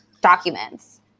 documents